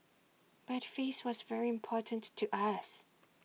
but face was very important to us